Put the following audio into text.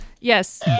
Yes